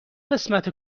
قسمت